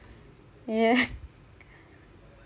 ya